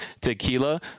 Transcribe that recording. Tequila